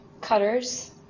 cutters